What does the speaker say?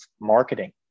marketing